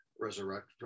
Resurrect